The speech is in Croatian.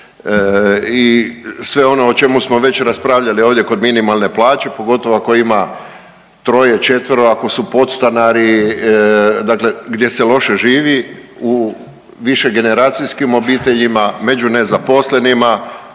i sve ono o čemu smo već raspravljali ovdje kod minimalne plaće, pogotovo ako ima troje, četvero, ako su podstanari, dakle gdje se loše živi u više generacijskim obiteljima, među nezaposlenima.